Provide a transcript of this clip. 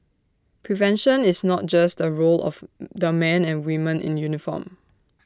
prevention is not just the role of the men and women in uniform